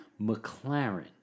McLaren